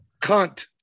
Cunt